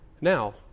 Now